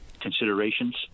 considerations